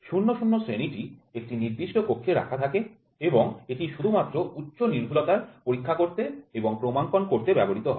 ০০ শ্রেণীটি একটি নির্দিষ্ট কক্ষে রাখা থাকে এবং এটি শুধুমাত্র উচ্চ নির্ভুলতার পরীক্ষা করতে এবং ক্রমাঙ্কন করতে ব্যবহৃত হয়